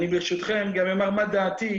ברשותכם אומר מה דעתי,